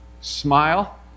smile